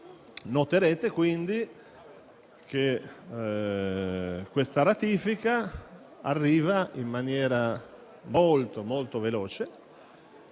Noterete che questa ratifica arriva in maniera molto veloce.